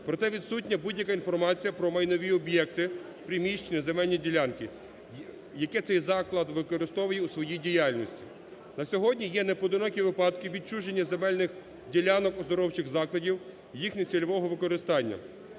проте відсутня будь-яка інформація про майнові об'єкти, приміщення, земельні ділянки, яке цей заклад використовує у своїй діяльності. На сьогодні є непоодинокі випадки відчуження земельних ділянок оздоровчих закладів, їхнього цільового використання.